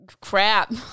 crap